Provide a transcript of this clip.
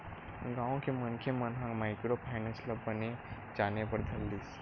गाँव के मनखे मन ह माइक्रो फायनेंस ल बने जाने बर धर लिस